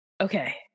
okay